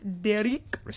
Derek